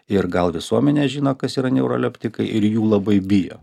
ir gal visuomenė žino kas yra neuroleptikai ir jų labai bijo